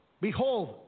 Behold